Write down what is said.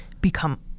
become